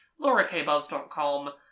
LauraKBuzz.com